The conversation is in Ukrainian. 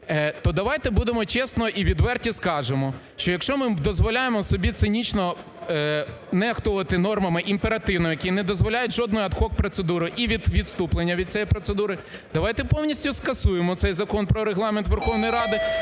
то давайте будемо чесні і відверто скажемо, що якщо ми дозволяємо собі цинічно нехтувати нормами імперативу, який не дозволяє жодний ad hoc процедури і відступлення від цієї процедури, давайте повністю скасуємо цей Закон "Про Регламент Верховної Ради"